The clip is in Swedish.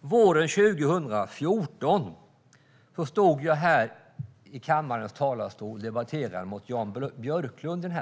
Våren 2014 stod jag här i kammarens talarstol och debatterade frågan med Jan Björklund.